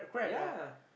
yeah